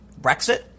Brexit